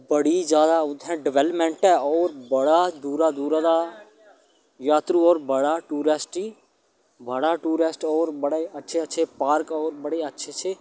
बड़ी जादा उ'त्थें डेवलपमेंट ऐ होर बड़ा दूरा दूरा दा जातरू होर बड़ा टूरिस्ट ई होर बड़ा टूरिस्ट बड़े अच्छे अच्छे पार्क होर बड़े अच्छे अच्छे